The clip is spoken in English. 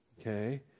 okay